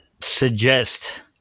suggest